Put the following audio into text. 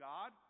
God